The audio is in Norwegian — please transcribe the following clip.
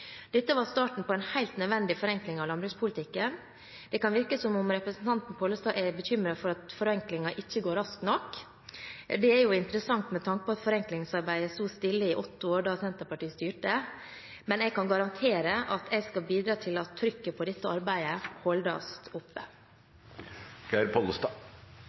Dette var starten på en helt nødvendig forenkling av landbrukspolitikken. Det kan virke som representanten Pollestad er bekymret for at forenklingen ikke går raskt nok. Det er jo interessant med tanke på at forenklingsarbeidet sto stille i åtte år da Senterpartiet styrte. Jeg kan garantere at jeg skal bidra til at trykket på dette arbeidet holdes oppe.